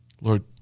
Lord